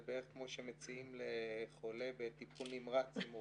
זה בערך כמו שמציעים לחולה בטיפול נמרץ אם הוא